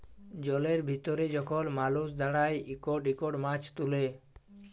জলের ভিতরে যখল মালুস দাঁড়ায় ইকট ইকট মাছ তুলে